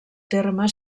terme